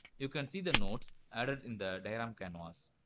you can see the nodes added in the diagram canvas.